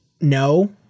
no